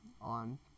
on